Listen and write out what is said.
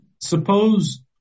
suppose